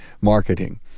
marketing